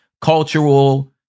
cultural